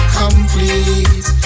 complete